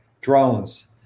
drones